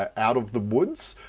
ah out of the woods,